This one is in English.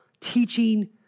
teaching